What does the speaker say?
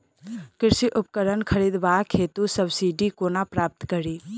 कृषि उपकरण खरीदबाक हेतु सब्सिडी कोना प्राप्त कड़ी?